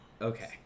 Okay